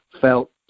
felt